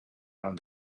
around